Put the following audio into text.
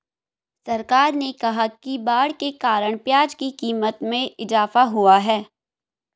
सरकार ने कहा कि बाढ़ के कारण प्याज़ की क़ीमत में इजाफ़ा हुआ है